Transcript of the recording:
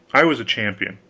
i was a champion,